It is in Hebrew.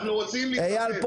יפה.